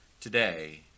today